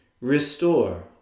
Restore